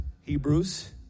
Hebrews